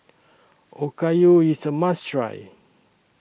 Okayu IS A must Try